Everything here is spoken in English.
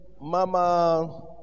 Mama